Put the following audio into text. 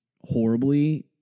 horribly